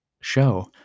show